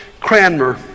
cranmer